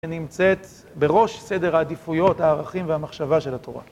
שנמצאת בראש סדר העדיפויות, הערכים והמחשבה של התורה.